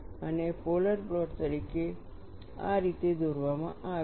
અને polar plot આ રીતે દોરવામાં આવે છે